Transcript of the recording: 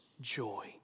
joy